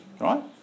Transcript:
right